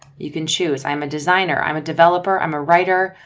you can choose i'm a designer, i'm a developer, i'm a writer.